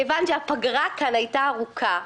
כיוון שהפגרה כאן הייתה ארוכה,